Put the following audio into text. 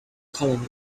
colony